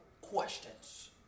questions